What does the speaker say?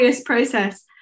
process